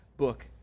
book